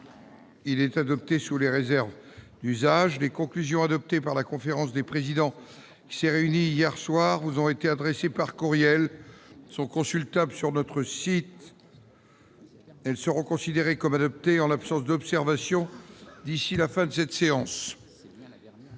est adopté sous les réserves d'usage. Les conclusions adoptées par la conférence des présidents réunie hier ont été adressées par courriel et sont consultables sur le site du Sénat. Elles seront considérées comme adoptées en l'absence d'observations d'ici à la fin de la séance.-